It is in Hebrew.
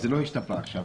אז לא השתפרה עכשיו.